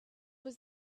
was